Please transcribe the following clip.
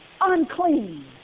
unclean